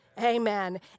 Amen